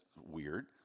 weird